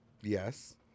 Yes